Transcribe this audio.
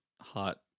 hot